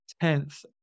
tenth